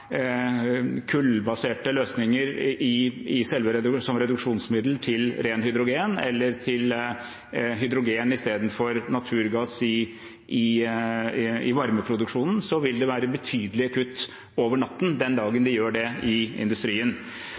kullbaserte løsninger som reduksjonsmiddel til ren hydrogen, eller til hydrogen istedenfor naturgass i varmeproduksjonen, vil det være betydelige kutt over natten den dagen de gjør det. Vi har ikke et helhetlig sammensatt kostnadsbilde for hva det koster, det har vi i